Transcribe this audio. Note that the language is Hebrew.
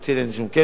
מכל מקום,